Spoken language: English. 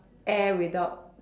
air without